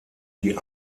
die